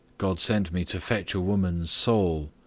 god sent me to fetch a woman's soul.